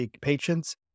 patients